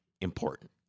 important